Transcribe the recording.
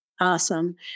Awesome